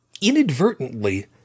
inadvertently